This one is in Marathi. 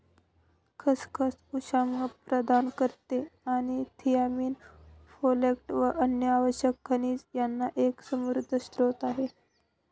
खसखस उष्मांक प्रदान करते आणि थियामीन, फोलेट व अन्य आवश्यक खनिज यांचा एक समृद्ध स्त्रोत आहे